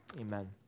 amen